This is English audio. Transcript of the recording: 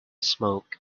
smoke